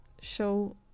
show